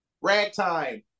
ragtime